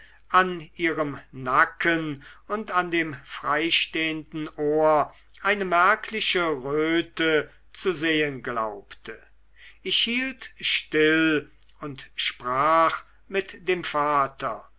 an ihrem nacken und an dem freistehenden ohr eine merkliche röte zu sehen glaubte ich hielt still und sprach mit dem vater